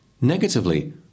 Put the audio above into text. Negatively